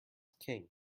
king